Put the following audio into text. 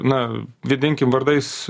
na vėdinkim vardais